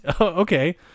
okay